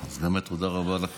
אז באמת תודה רבה לכם.